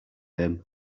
him